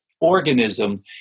organism